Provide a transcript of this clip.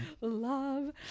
love